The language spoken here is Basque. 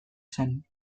zen